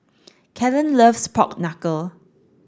Kellan loves pork knuckle